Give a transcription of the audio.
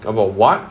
about what